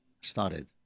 started